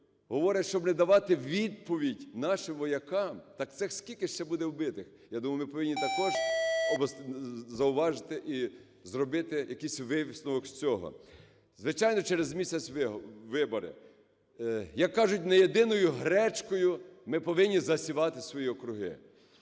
говорить, щоб не давати відповідь нашим воякам. Так це скільки ще буде вбитих? Я думаю, ми повинні також зауважити і зробити якийсь висновок з цього. Звичайно, через місяць вибори. Як кажуть, не єдиною гречкою ми повинні засівати свої округи.